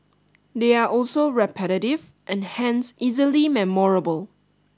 they are also repetitive and hence easily memorable